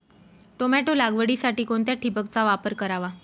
Tomato लागवडीसाठी कोणत्या ठिबकचा वापर करावा?